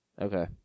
Okay